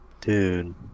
Dude